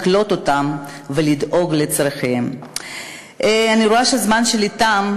אני רואה שהזמן שלי תם,